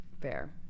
Fair